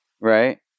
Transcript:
Right